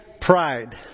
pride